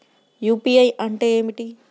UPI అంటే ఏమిటీ?